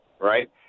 right